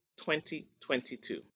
2022